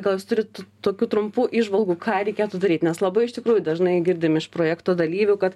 gal jūs turit tokių trumpų įžvalgų ką reikėtų daryt nes labai iš tikrųjų dažnai girdim iš projekto dalyvių kad